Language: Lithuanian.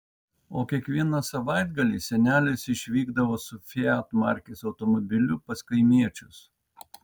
o kiekvieną savaitgalį senelis išvykdavo su fiat markės automobiliu pas kaimiečius